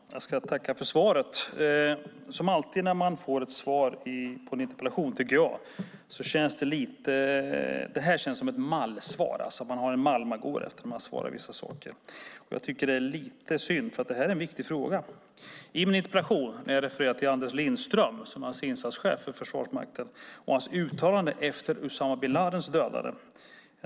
Fru talman! Jag ska tacka för svaret. Som alltid när jag får ett svar på en interpellation känns det som att jag har fått ett mallsvar. Man följer en mall för svaret. Det är lite synd eftersom det här är en viktig fråga. I min interpellation refererar jag till Anders Lindström, insatschef i Försvarsmakten, och hans uttalande efter att Usama bin Ladin dödades.